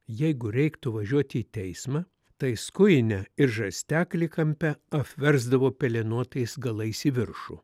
jeigu reiktų važiuoti į teismą tai skujinę ir žarsteklį kampe apversdavo pelenuotais galais į viršų